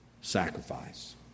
sacrifice